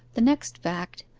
the next fact,